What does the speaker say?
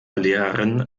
lehrerin